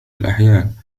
الأحيان